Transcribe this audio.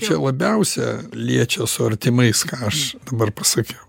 čia labiausia liečia su artimais ką aš dabar pasakiau